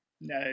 No